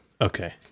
Okay